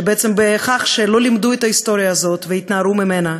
שבכך שלא לימדו את ההיסטוריה הזאת והתנערו ממנה,